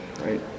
right